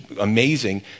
amazing